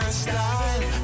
style